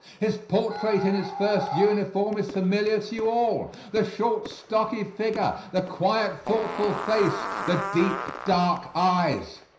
his portrait in his first uniform is familiar to you all the short, stocky figure the quiet, thoughtful face the deep, dark eyes.